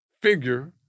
figure